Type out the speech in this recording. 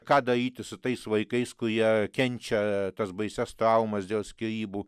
ką daryti su tais vaikais kurie kenčia tas baisias traumas dėl skyrybų